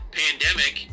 pandemic